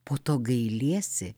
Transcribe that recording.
po to gailiesi